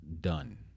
Done